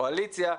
קואליציה,